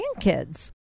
grandkids